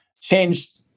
changed